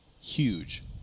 huge